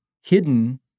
hidden